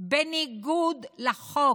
בניגוד לחוק